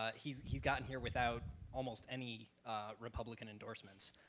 ah he's he's gotten here without almost any republican endorsements.